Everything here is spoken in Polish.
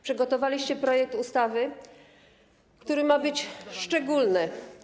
Przygotowaliście projekt ustawy, który ma być szczególny.